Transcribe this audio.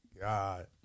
god